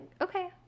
okay